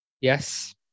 yes